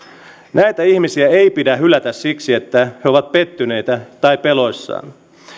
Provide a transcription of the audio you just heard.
näitä ihmisiä ei pidä hylätä siksi että he ovat pettyneitä tai peloissaan